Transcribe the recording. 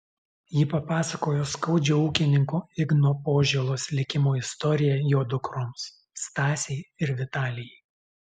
ji papasakojo skaudžią ūkininko igno požėlos likimo istoriją jo dukroms stasei ir vitalijai